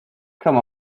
come